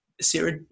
Sarah